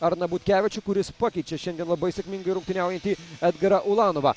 arną butkevičių kuris pakeičia šiandien labai sėkmingai rungtyniaujantį edgarą ulanovą